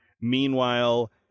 meanwhile